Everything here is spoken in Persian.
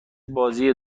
بازی